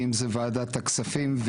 ואם זה ועדת הכספים,